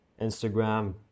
instagram